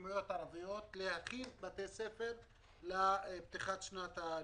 המקומיות הערביות להכין את בתי הספר לפתיחת שנת הלימודים.